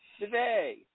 Today